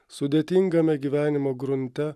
sudėtingame gyvenimo grunte